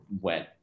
went